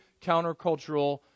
countercultural